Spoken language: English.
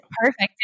Perfect